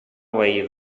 obeir